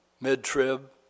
mid-trib